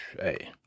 Hey